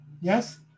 Yes